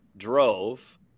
drove